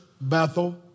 Bethel